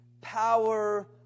power